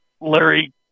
Larry